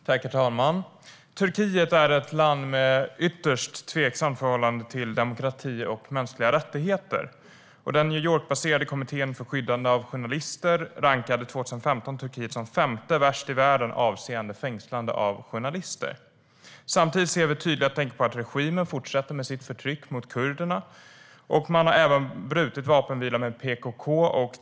Herr talman! Turkiet är ett land med ett ytterst tveksamt förhållande till demokrati och mänskliga rättigheter. New York-baserade Kommittén för skyddande av journalister rankade 2015 Turkiet som femte värst i världen avseende fängslande av journalister. Samtidigt ser vi tydliga tecken på att regimen fortsätter med sitt förtryck mot kurderna, och man har även brutit vapenvilan med PKK.